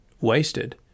wasted